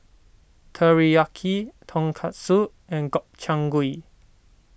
Teriyaki Tonkatsu and Gobchang Gui